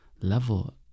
level